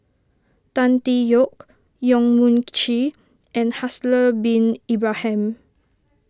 Tan Tee Yoke Yong Mun Chee and Haslir Bin Ibrahim